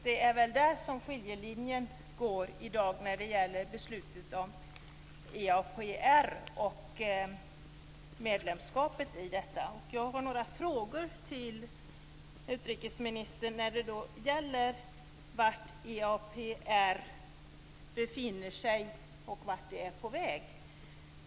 Det är väl där som skiljelinjen går i dag när det gäller beslutet om EAPR och medlemskapet i detta. Jag har några frågor till utrikesministern när det gäller var EAPR befinner sig och vart det är på väg.